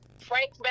Frank